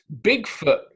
Bigfoot